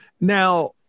Now